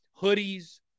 hoodies